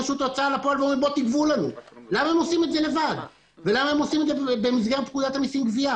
לרשות ולהגיד: למה חייבו אותי ב-100 שקלי?